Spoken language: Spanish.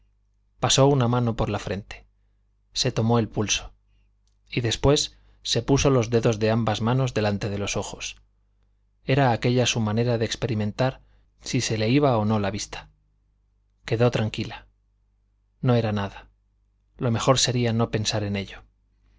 pasó una mano por la frente se tomó el pulso y después se puso los dedos de ambas manos delante de los ojos era aquella su manera de experimentar si se le iba o no la vista quedó tranquila no era nada lo mejor sería no pensar en ello